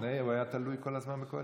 לפני זה הוא היה תלוי כל הזמן באופוזיציה.